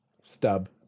stub